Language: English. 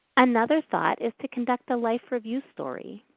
another thought is to conduct a life review story.